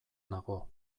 nago